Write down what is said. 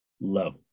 level